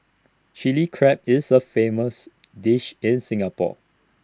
Chilli Crab is A famous dish in Singapore